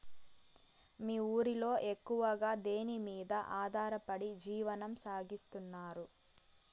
మీ ఊరిలో ఎక్కువగా దేనిమీద ఆధారపడి జీవనం సాగిస్తున్నారు?